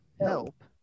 Help